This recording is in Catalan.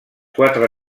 quatre